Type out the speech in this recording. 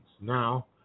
Now